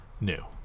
New